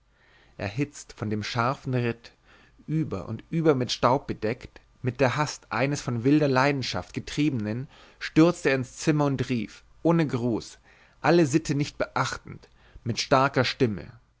erhitzt von dem scharfen ritt über und über mit staub bedeckt mit der hast eines von wilder leidenschaft getriebenen stürzte er ins zimmer und rief ohne gruß alle sitte nicht beachtend mit starker stimme